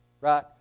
right